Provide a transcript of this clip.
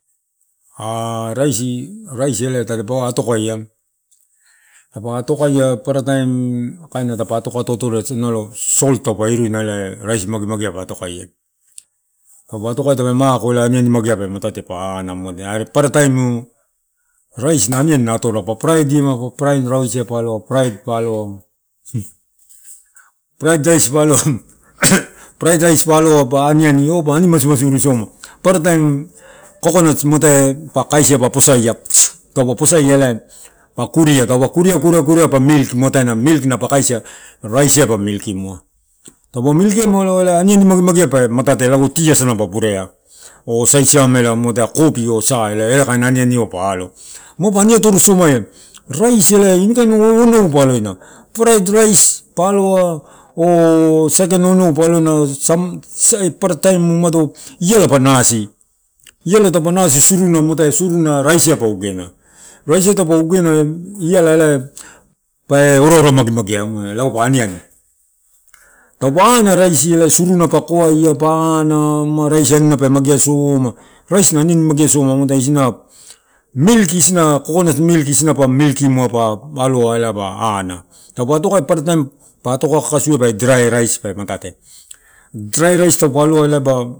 A raisi, raisi, elai tadapawa ka atokaia, tapa atokaia paparataimu kain tapa atokaia taupa atoka atoatoria nalo salt taupa iruina elai rais magemagea pa atokaia, taupa atokaia tepe makoo elai aniani magea pematate pa ana moatae. Aree papara taimu, raisi na aniani na atorol. Pa praimimua parainrausia palo praid pa alon praid rais pa aloa praid rais pa aloa pa anian oo pa aniani o pa ani masu masuru soma. Posaia elae, pa kuris taupa kuria kuria, kuria pa milk muataena milk na pa kaisa raisaiai pa milkimua. Taupa milkimua lago elae aniani megamagea pae matate lago ati asana pa purea o saisiameala muatae kofi oo sa eala elaikain aniani va pa alo. Mapa ani atoro somaia. Raisi elae ini kain onou pa alo. Mepa ani atoro somaia. raisi elae ini kain onou pa aloina praid rais pa aloa oo saikan onou pa aloina sam sai parataim umado iala pa nasii iala taupa ogena iala elae pae ora ora mage magea muatae lago pa aniani. Taupa ana raisi elai suruna pa koina pa ana ma raisi anina pee magesoma, raisi na aniani mageasoma muatae isina milk isina coconut milk pa milkimua pa aloa ela pa ana. Taupa atokaia parataim pa atoka kasua pa aloa ela pa ana. Taupa atokaia parataim pa atoka kasvia pe drai rais pe matate. Drai rais taipa aloa pa.